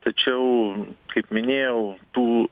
tačiau kaip minėjau tų